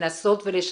לנסות ולשכנע.